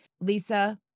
Lisa